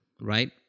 right